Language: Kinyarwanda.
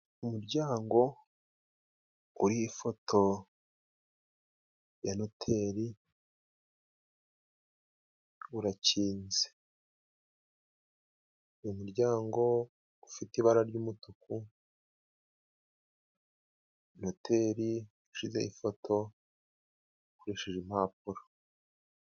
Umuryango uri ho ifoto ya Noteri urakinze, umuryango ufite ibara ry'umutuku Noteri yashyizeho ifoto akoresheje impapuro.